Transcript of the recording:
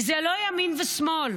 זה לא ימין ושמאל.